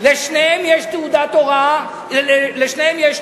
לשניהם יש תעודה אקדמית,